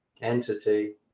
entity